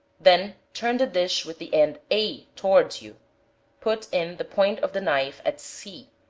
then turn the dish with the end a towards you put in the point of the knife at c,